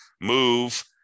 move